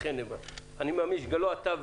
אני מאמין שלא אתה,